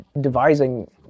devising